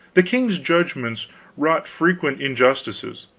the king's judgments wrought frequent injustices,